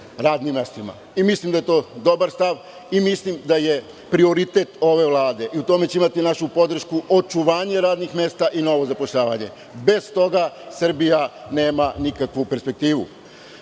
radnim mestima. Mislim da je to dobar stav i mislim da je to prioritet ove Vlade. U tome će imati našu podršku, u očuvanju radnih mesta i novo zapošljavanje. Bez toga Srbija nema nikakvu perspektivu. Premijer